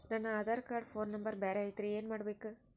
ನನ Aadhaar card phone number ಬ್ಯಾರೆ ಐತ್ರಿ ಏನ ಮಾಡಬೇಕು?